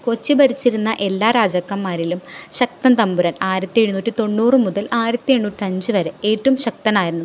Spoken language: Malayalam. കൊച്ചി ഭരിച്ചിരുന്ന എല്ലാ രാജാക്കന്മാരിലും ശക്തൻ തമ്പുരാൻ ആയിരത്തി എഴുന്നൂറ്റി തൊണ്ണൂറ് മുതൽ ആയിരത്തി എണ്ണൂറ്റിയഞ്ച് വരെ ഏറ്റവും ശക്തനായിരുന്നു